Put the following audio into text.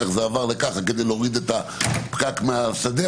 כך היה אחרת כדי להוריד את הפקק בשדה.